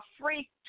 free